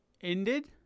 Ended